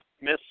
miss